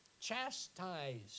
chastised